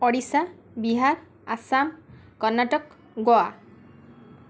Odisha Bihar Assam Karnataka Goa